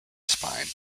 spine